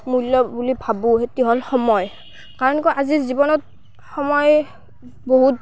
মূল্য বুলি ভাবোঁ সেইটো হ'ল সময় কাৰণ কিয় আজিৰ জীৱনত সময় বহুত